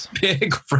big